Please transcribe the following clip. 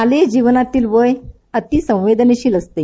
शालेय जीवनातील वय अतिसंवेदनशील असतो